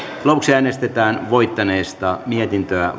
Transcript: lopuksi äänestetään voittaneesta mietintöä